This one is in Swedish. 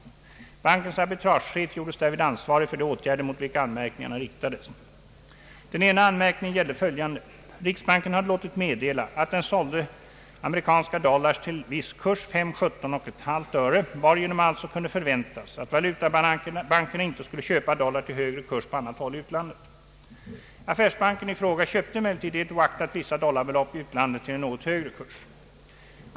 Bankens arbitragechef gjordes därvid ansvarig för de åtgärder mot vilka anmärkningarna riktades. Den ena anmärkningen gällde följande: Riksbanken hade låtit meddela att den sålde US § till viss kurs varigenom alltså kunde förväntas att valutabankerna inte skulle köpa dollar till högre kurs på annat håll i utlandet. Affärsbanken i fråga köpte emellertid det oaktat vissa dollarbelopp i utlandet till en något högre kurs.